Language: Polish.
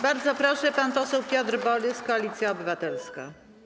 Bardzo proszę, pan poseł Piotr Borys, Koalicja Obywatelska.